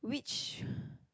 which